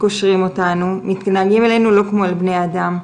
קושרים אותנו, מתנהגים אלינו לא כמו אל בני אדם.